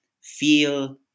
feel